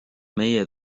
meie